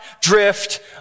drift